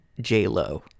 J-Lo